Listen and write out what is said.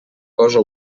cosa